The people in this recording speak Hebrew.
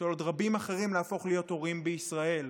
ושל עוד רבים אחרים להפוך להיות הורים בישראל.